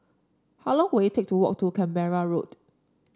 how long will it take to walk to Canberra Road